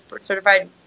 certified